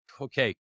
okay